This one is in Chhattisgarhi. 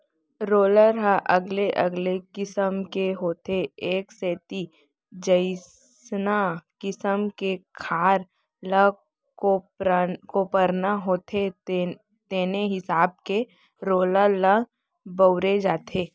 रोलर ह अलगे अलगे किसम के होथे ए सेती जइसना किसम के खार ल कोपरना होथे तेने हिसाब के रोलर ल बउरे जाथे